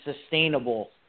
sustainable